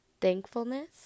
thankfulness